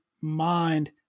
mind